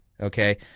okay